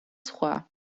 სხვა